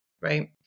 Right